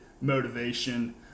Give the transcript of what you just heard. motivation